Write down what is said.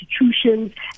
institutions